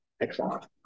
excellent